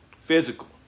Physical